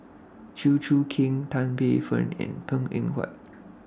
Chew Choo Keng Tan Paey Fern and Png Eng Huat